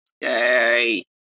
yay